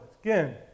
Again